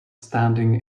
standing